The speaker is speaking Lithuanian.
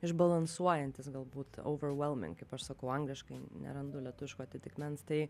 išbalansuojantis galbūt ouver velming kaip aš sakau angliškai nerandu lietuviško atitikmens tai